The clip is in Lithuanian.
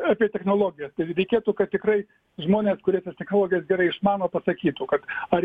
apie technologiją tai reikėtų kad tikrai žmonės kurie tas technologijas gerai išmano pasakytų kad ar